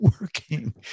working